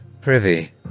privy